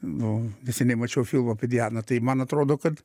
nu visai neseniai mačiau filmą apie dianą tai man atrodo kad